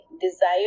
desire